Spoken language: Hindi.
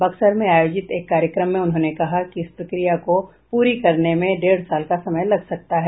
बक्सर में आयोजित एक कार्यक्रम में उन्होंने कहा कि इस प्रक्रिया को पूरी करने में डेढ़ साल का समय लग सकता है